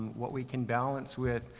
what we can balance with,